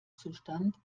zustand